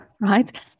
right